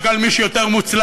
רק על מי שיותר מוצלח,